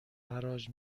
حراج